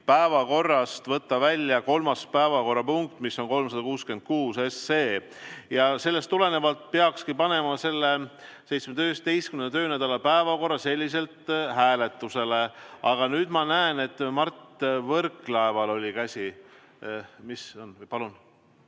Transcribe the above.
päevakorrast võtta välja kolmas päevakorrapunkt, mis on 366 SE. Sellest tulenevalt peakski panema selle 17. töönädala päevakorra selliselt hääletusele. Aga nüüd ma näen, et Mart Võrklaeval on käsi üleval. Palun!